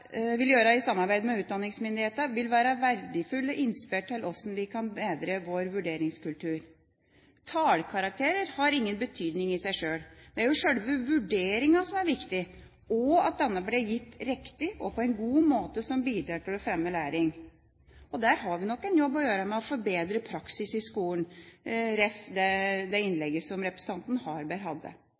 kan bedre vår vurderingskultur. Tallkarakterer har ingen betydning i seg sjøl. Det er sjølve vurderingen som er viktig, og at denne blir gitt riktig og på en god måte som bidrar til å fremme læring. Der har vi nok en jobb å gjøre med å forbedre praksis i skolen, jf. det innlegget som representanten Harberg hadde.